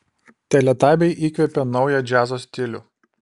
teletabiai įkvėpė naują džiazo stilių